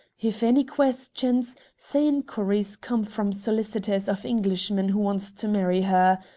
if any questions, say inquiries come from solicitors of englishman who wants to marry her.